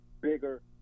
bigger